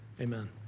amen